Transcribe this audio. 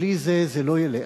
בלי זה, זה לא ילך,